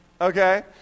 Okay